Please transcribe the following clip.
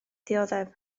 dioddef